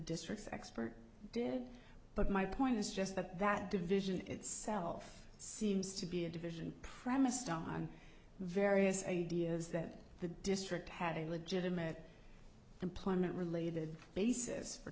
district's expert did but my point is just that that division itself seems to be a division premised on various ideas that the district had a legitimate employment related basis for